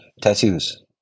tattoos